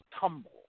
tumble